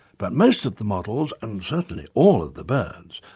but most of the models, and certainly all of the birds,